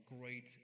great